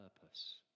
purpose